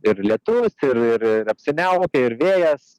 ir lietus ir ir ir apsiniaukę ir vėjas